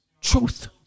truth